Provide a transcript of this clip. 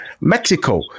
Mexico